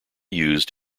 used